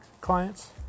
clients